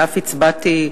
ואף הצבעתי,